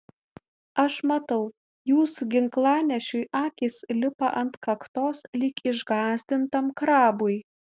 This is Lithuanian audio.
aš matau jūsų ginklanešiui akys lipa ant kaktos lyg išgąsdintam krabui